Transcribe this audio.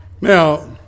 Now